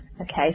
Okay